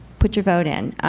put your vote in.